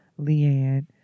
Leanne